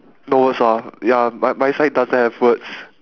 no words ah ya my my side doesn't have words